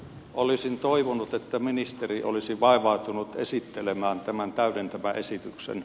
olisin toivonut että ministeri olisi vaivautunut esittelemään tämän täydentävän esityksen